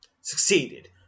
Succeeded